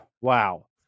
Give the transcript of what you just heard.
Wow